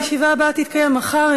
הישיבה הבאה תתקיים מחר,